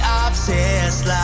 obsessed